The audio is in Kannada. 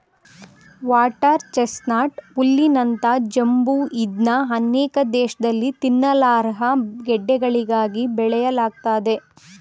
ವಾಟರ್ ಚೆಸ್ನಟ್ ಹುಲ್ಲಿನಂತ ಜಂಬು ಇದ್ನ ಅನೇಕ ದೇಶ್ದಲ್ಲಿ ತಿನ್ನಲರ್ಹ ಗಡ್ಡೆಗಳಿಗಾಗಿ ಬೆಳೆಯಲಾಗ್ತದೆ